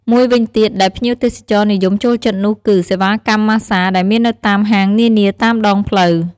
មួយវិញទៀតដែលភ្ញៀវទេសចរណ៍និយមចូលចិត្តនោះគឺ សេវាកម្មម៉ាស្សាដែលមាននៅតាមហាងនានាតាមដងផ្លូវ។